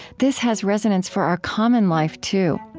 this has resonance for our common life too.